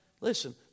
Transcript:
Listen